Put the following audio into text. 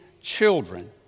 children